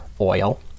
oil